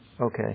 okay